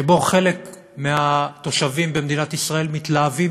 שבו חלק מהתושבים במדינת ישראל מתלהבים